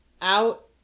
out